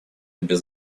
без